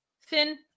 Finn